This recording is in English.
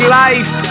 life